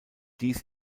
dies